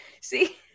See